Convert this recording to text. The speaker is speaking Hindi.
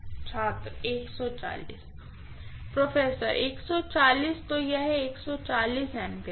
छात्र 140 प्रोफेसर तो यह A है